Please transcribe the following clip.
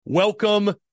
Welcome